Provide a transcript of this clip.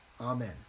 Amen